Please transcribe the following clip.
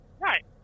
Right